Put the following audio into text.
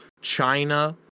China